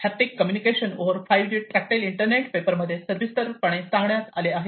haptic communication over 5G tactile internet paper मध्ये सविस्तरपणे सांगण्यात आले आहे